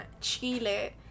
Chile